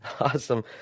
Awesome